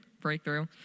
breakthrough